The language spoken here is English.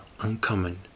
uncommon